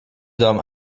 دام